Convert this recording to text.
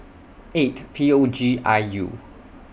eight P O G I U